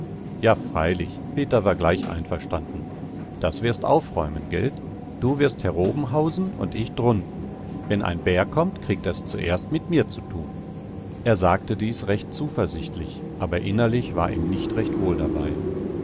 ja freilich peter war gleich einverstanden das wirst aufräumen gelt du wirst heroben hausen und ich drunten wenn ein bär kommt kriegt er's zuerst mit mir zu tun er sagte dies recht zuversichtlich aber innerlich war ihm nicht recht wohl dabei